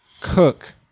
cook